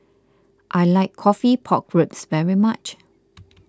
I like Coffee Pork Ribs very much